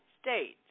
States